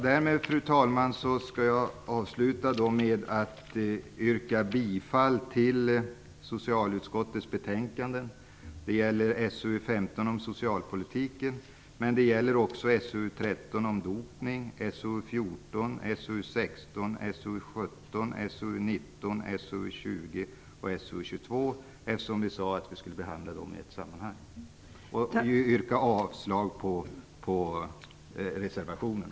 Därmed, fru talman, skall jag avsluta med att yrka bifall till hemställan i socialutskottens betänkanden som behandlas i ett sammanhang. Jag yrkar avslag på reservationerna.